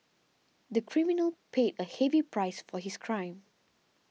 the criminal paid a heavy price for his crime